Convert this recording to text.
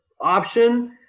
option